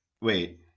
Wait